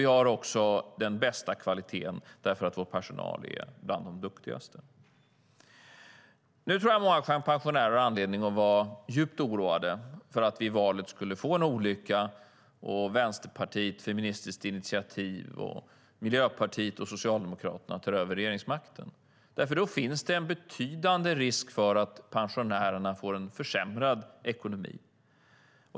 Vi har också den bästa kvaliteten, därför att vår personal är bland de duktigaste. Nu tror jag att många pensionärer har anledning att vara djupt oroade för att vi i valet skulle få en olycka och Vänsterpartiet, Feministiskt Initiativ, Miljöpartiet och Socialdemokraterna tar över regeringsmakten. Då finns det nämligen en betydande risk för att pensionärerna får en försämrad ekonomi.